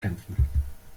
kämpfen